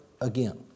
again